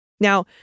Now